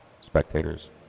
spectators